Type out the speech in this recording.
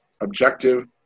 objective